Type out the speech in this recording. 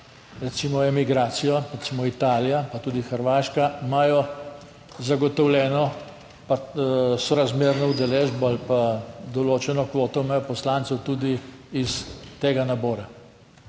recimo emigracijo, recimo Italija, pa tudi Hrvaška, imajo zagotovljeno sorazmerno udeležbo ali pa določeno kvoto poslancev, tudi iz tega nabora.